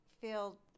feel